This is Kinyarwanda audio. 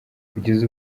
kugeza